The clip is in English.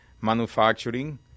manufacturing